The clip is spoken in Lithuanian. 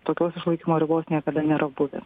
tokios išlaikymo ribos niekada nėra buvę